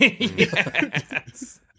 Yes